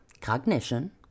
Cognition